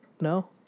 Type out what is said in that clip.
no